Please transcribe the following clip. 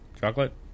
chocolate